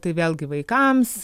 tai vėlgi vaikams